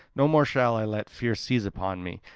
no more shall i let fear seize upon me,